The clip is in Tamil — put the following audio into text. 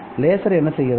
லேசர் என்ன செய்கிறது